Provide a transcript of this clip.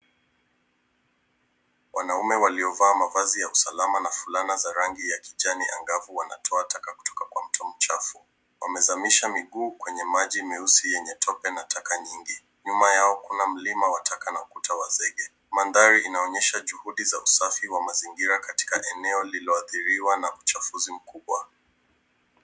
Wanaume waliovaa mavazi ya usalama na fulana za rangi ya kijani angavu wanaotoa taka kutoka kwa mto mchafu. Wamezamisha miguu kwenye maji meusi yenye tope na taka nyingi. Nyuma yao kuna mlima wa taka na ukuta wa zege. Mandhari inaonyesha juhudi za usafi wa mazingira katika eneo lililoadhiriwa na uchafuzi mkubwa.